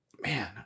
man